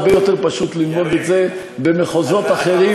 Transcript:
הרבה יותר פשוט ללמוד את זה במחוזות אחרים,